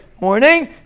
Morning